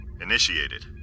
Initiated